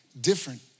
different